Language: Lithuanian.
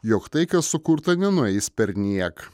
jog tai kas sukurta nenueis perniek